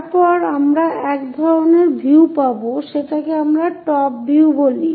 তারপর আমরা এক ধরনের ভিউ পাব সেটাকে আমরা টপ ভিউ বলি